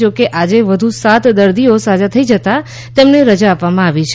જો કે આજે વધુ સાત દર્દોઓ સાજા થઈ જતાં તેમને રજા આપવામાં આવી છે